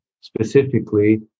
specifically